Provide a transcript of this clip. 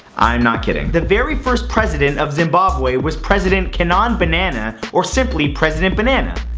i am not kidding. the very first president of zimbabwe was president canaan banana, or simply, president banana.